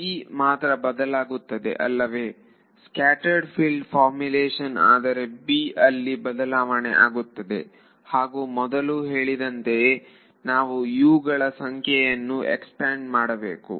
ವಿದ್ಯಾರ್ಥಿb ಮಾತ್ರ ಬದಲಾಗುತ್ತದೆ ಅಲ್ಲವೇ ಸ್ಕ್ಯಾಟರೆಡ್ ಫೀಲ್ಡ್ ಫಾರ್ಮ್ಯುಲೆಷನ್ ಆದರೆ b ಅಲ್ಲಿ ಬದಲಾವಣೆ ಆಗುತ್ತದೆ ಹಾಗೂ ಮೊದಲು ಹೇಳಿದಂತೆಯೇ ನಾವು U ಗಳ ಸಂಖ್ಯೆಯನ್ನು ಎಕ್ಸ್ಪ್ಯಾಂಡ್ ಮಾಡಬೇಕು